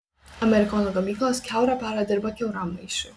amerikono gamyklos kiaurą parą dirba kiauram maišui